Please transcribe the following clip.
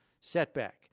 setback